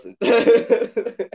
Listen